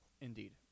Indeed